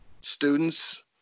students